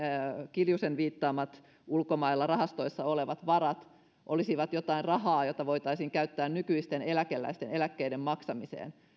kiljusen viittaamat ulkomailla rahastoissa olevat varat olisivat jotain sellaista rahaa jota voitaisiin käyttää nykyisten eläkeläisten eläkkeiden maksamiseen